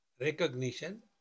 recognition